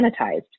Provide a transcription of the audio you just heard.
sanitized